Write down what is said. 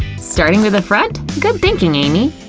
starting with the front? good thinking, amy.